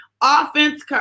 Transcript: offense